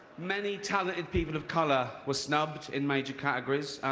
many talented people of color were snubbed in major categories.